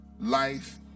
life